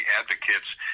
advocates